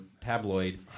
tabloid